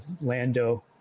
Lando